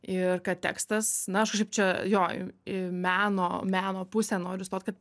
ir kad tekstas na aš čia jo į meno meno pusę noriu stot kad